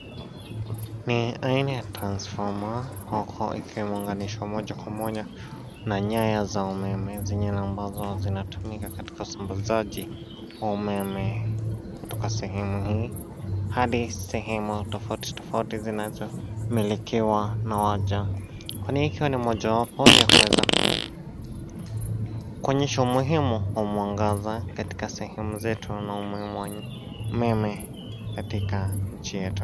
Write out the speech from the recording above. Ni aina ya transfoma huku ikiunganishwa moja kwa moja, na nyaya za umeme zenye ambazo zinatumika katika usambazaji, wa umeme, kutoka sehemu hii, hadi, sehemu tofauti tofauti zinazo, milikiwa na waja, kwani hii ikiwa ni mojawapo ya kuweza, kuonyesha umuhimu wa mwangaza katika sehemu zetu na umuhimu wa, umeme, katika nchi yetu.